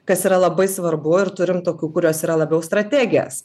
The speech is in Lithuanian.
kas yra labai svarbu ir turim tokių kurios yra labiau strategės